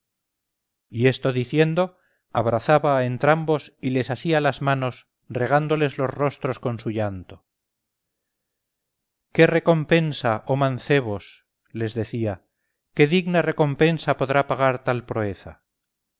y esto diciendo abrazaba a entrambos y les asía las manos regándoles los rostros con su llanto qué recompensa oh mancebos les decía qué digna recompensa podrá pagar tal proeza